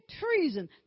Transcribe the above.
treason